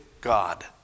God